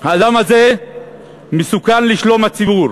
האדם הזה מסוכן לשלום הציבור.